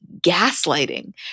gaslighting